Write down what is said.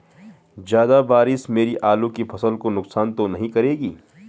ज़्यादा बारिश मेरी आलू की फसल को नुकसान तो नहीं करेगी?